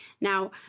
Now